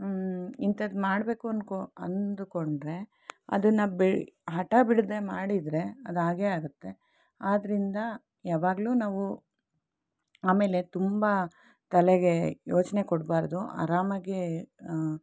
ಇಂಥದ್ದು ಮಾಡಬೇಕು ಅಂದ್ಕೋ ಅಂದುಕೊಂಡರೆ ಅದನ್ನು ಬಿ ಹಟಬಿಡದೆ ಮಾಡಿದರೆ ಅದು ಆಗೇ ಆಗುತ್ತೆ ಆದ್ದರಿಂದ ಯಾವಾಗಲೂ ನಾವು ಆಮೇಲೆ ತುಂಬ ತಲೆಗೆ ಯೋಚನೆ ಕೊಡಬಾರ್ದು ಆರಾಮಾಗಿ